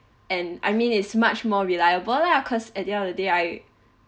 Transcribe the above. and I mean it's much more reliable lah cause at the end of the day I